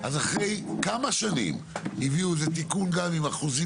אז אחרי כמה שנים הביאו איזה תיקון גם עם אחוזים